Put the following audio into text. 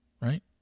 right